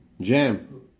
Jam